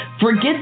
Forget